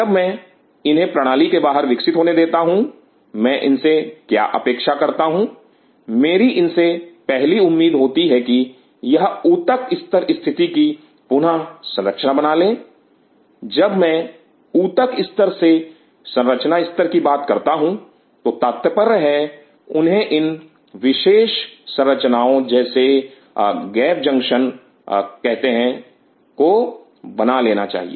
जब मैं इन्हें प्रणाली के बाहर विकसित होने देता हूं मैं इनसे क्या अपेक्षा करता हूं मेरी इनसे पहली उम्मीद होती है कि यह ऊतक स्तर स्थिति की पुनः संरचना बना ले जब मैं ऊतक स्तर से संरचना स्तर की बात करता हूं तो तात्पर्य है उन्हें इन विशेष संरचनाओं जिन्हें गैप जंक्शन कहते हैं को बना लेना चाहिए